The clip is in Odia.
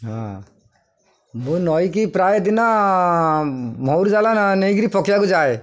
ହଁ ମୁଁ ନଈକି ପ୍ରାୟ ଦିନ ମହୁରୁ ଜାଲ ନେଇକିରି ପକେଇବାକୁ ଯାଏ